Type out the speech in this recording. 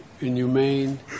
inhumane